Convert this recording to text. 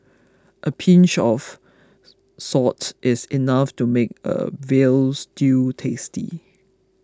a pinch of salt is enough to make a Veal Stew tasty